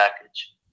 package